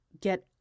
get